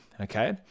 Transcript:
Okay